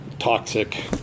Toxic